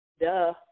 Duh